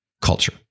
culture